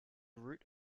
route